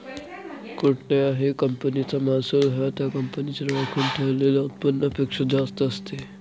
कुठल्याही कंपनीचा महसूल हा त्या कंपनीच्या राखून ठेवलेल्या उत्पन्नापेक्षा जास्त असते